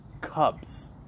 cubs